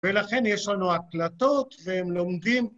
ולכן יש לנו הקלטות והם לומדים.